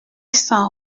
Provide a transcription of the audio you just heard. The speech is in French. s’en